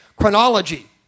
chronology